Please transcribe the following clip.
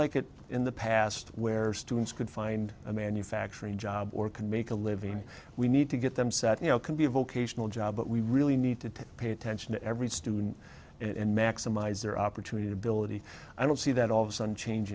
like that in the past where students could find a manufacturing job or can make a living we need to get them set you know can be a vocational job but we really need to pay attention to every student in maximize their opportunity to belittle and i don't see that all of a sudden change